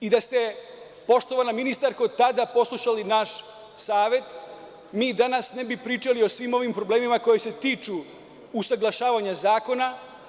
Da ste, poštovana ministarko, tada poslušali naš savet, mi danas ne bi pričali o svim ovim problemima koji se tiču usaglašavanja zakona.